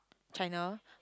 China